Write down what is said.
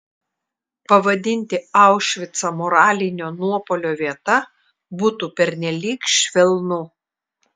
pavadinti aušvicą moralinio nuopuolio vieta būtų pernelyg švelnu